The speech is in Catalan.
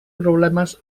problemes